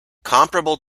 comparable